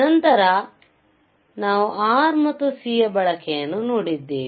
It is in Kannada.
ನಂತರ ನಾವು R ಮತ್ತು C ಬಳಕೆಯನ್ನು ನೋಡಿದ್ದೇವೆ